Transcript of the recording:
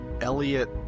Elliot